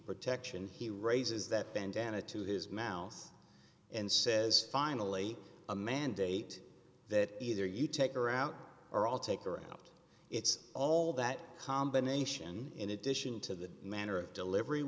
protection he raises that bandanna to his mouth and says finally a mandate that either you take her out or all take her out it's all that combination in addition to the manner of delivery